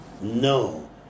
No